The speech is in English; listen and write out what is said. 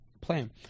plan